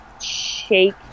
shake